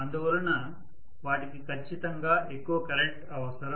అందువలన వాటికి ఖచ్చితంగా ఎక్కువ కరెంట్ అవసరం